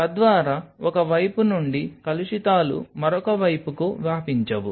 తద్వారా ఒక వైపు నుండి కలుషితాలు మరొక వైపుకు వ్యాపించవు